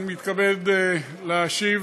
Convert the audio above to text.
אני מתכבד להשיב